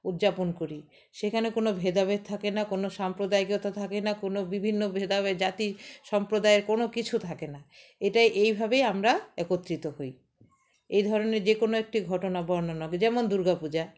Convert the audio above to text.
উদযাপন করি সেখানে কোনো ভেদাভেদ থাকে না কোনো সাম্প্রদায়িকতা থাকে না কোনো বিভিন্ন ভেদাভে জাতি সম্প্রদায়ের কোনো কিছু থাকে না এটাই এইভাবেই আমরা একত্রিত হই এই ধরনের যে কোনো একটি ঘটনা বর্ণনা করে যেমন দুর্গাপূজা